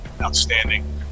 outstanding